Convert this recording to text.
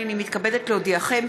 הינני מתכבדת להודיעכם,